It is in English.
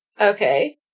okay